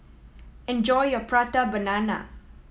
enjoy your Prata Banana